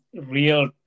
real